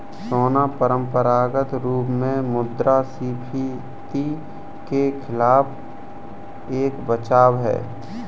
सोना परंपरागत रूप से मुद्रास्फीति के खिलाफ एक बचाव है